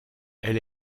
elle